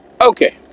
Okay